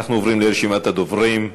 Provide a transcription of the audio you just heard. אנחנו עוברים לרשימת הדוברים.